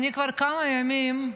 אני כבר כמה ימים,